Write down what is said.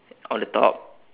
on the top